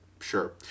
Sure